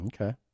Okay